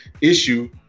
issue